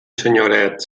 senyoret